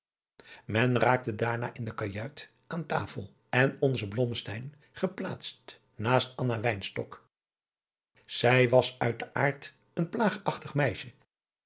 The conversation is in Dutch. men raakte daarna in de kajuit aan tafel en onze blommesteyn geplaatst naast anna wynstok zij was uit den aard een plaagachtig meisje